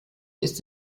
ist